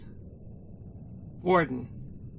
Warden